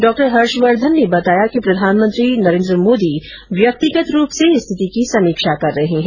doctor Harshvardhan ने बताया कि प्रधानमंत्री नरेन्द्र मोदी व्यक्तिगत रूप से स्थिति की समीक्षा कर रहे हैं